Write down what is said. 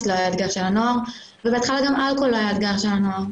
לא היה אתגר של הנוער ובהתחלה גם אלכוהול לא היה אתגר של הנוער,